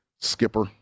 Skipper